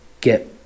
get